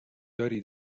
داری